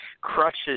crushes